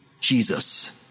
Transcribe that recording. Jesus